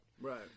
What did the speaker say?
Right